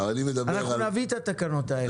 אנחנו נביא את התקנות האלה.